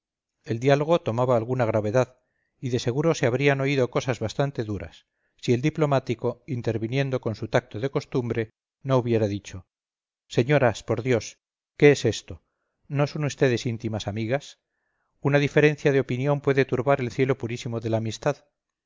el diálogo tomaba alguna gravedad y de seguro se habrían oído cosas bastante duras si el diplomático interviniendo con su tacto de costumbre no hubiera dicho señoras por dios qué es esto no son ustedes íntimas amigas una diferencia de opinión puede turbar el cielo purísimo de la amistad